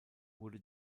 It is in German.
wurde